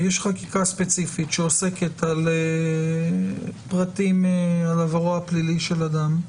ויש חקיקה ספציפית שעוסקת בפרטים על עברו הפלילי של אדם.